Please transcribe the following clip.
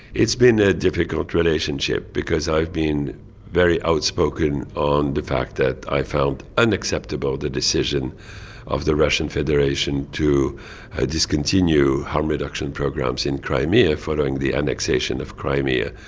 it's been a difficult relationship because i've been very outspoken on the fact that i felt unacceptable the decision of the russian federation to ah discontinue harm reduction programs in crimea following the annexation of crimea.